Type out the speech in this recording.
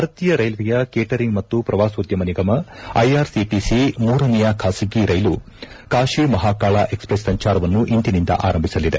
ಭಾರತೀಯ ರೈಲ್ವೆಯ ಕೇಟರಿಂಗ್ ಮತ್ತು ಪ್ರವಾಸೋದ್ಯಮ ನಿಗಮ ಐಆರ್ಸಿಟಿಸಿ ಮೂರನೆಯ ಖಾಸಗಿ ರೈಲು ಕಾಶಿ ಮಹಾಕಾಳಾ ಎಕ್ಸ್ಪ್ರೆಸ್ ಸಂಚಾರವನ್ನು ಇಂದಿನಿಂದ ಆರಂಭಿಸಲಿದೆ